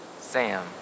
Sam